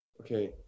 Okay